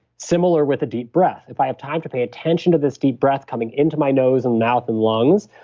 similar with a deep breath. if i have time to pay attention to this deep breath coming into my nose and mouth and lungs,